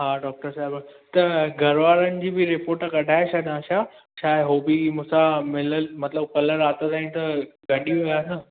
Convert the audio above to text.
हा डॉक्टर साहिबु त घर वारनि जी बि रिपोट कढाए छॾा छा छा आहे उहो बि मूं सां मिलियुल मतिलबु कल्ह राति ताईं त गॾु ई हुआ न